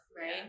right